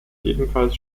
ebenfalls